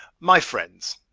my friends,